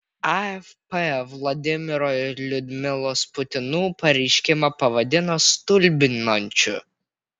afp vladimiro ir liudmilos putinų pareiškimą pavadino stulbinančiu